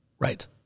Right